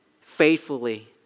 faithfully